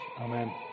Amen